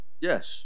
Yes